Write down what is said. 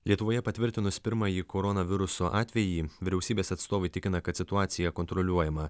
lietuvoje patvirtinus pirmąjį koronaviruso atvejį vyriausybės atstovai tikina kad situacija kontroliuojama